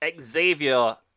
Xavier